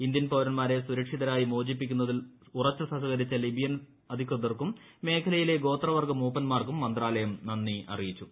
Indian പൌരന്മാരെ സുരക്ഷിതരായി മോചിപ്പിക്കുന്നതിൽ ഉറച്ച് സഹകരിച്ച ലിബിയൻ അധികൃതർക്കും മേഖലയിലെ ഗോത്രവർഗ്ഗ മൂപ്പന്മാർക്കും മന്ത്രാലയം നന്ദി അറിയിച്ചു